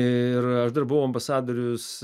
ir aš dar buvau ambasadorius